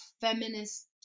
feminist